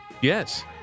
Yes